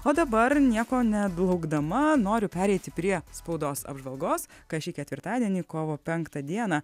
o dabar nieko nelaukdama noriu pereiti prie spaudos apžvalgos ką šį ketvirtadienį kovo penktą dieną